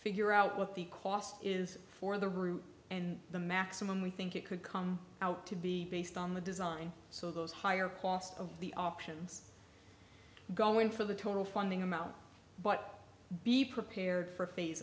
figure out what the cost is for the route and the maximum we think it could come out to be based on the design so those higher cost of the options going for the total funding amount but be prepared for phase